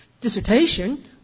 dissertation